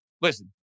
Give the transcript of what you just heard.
Listen